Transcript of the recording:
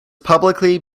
publicly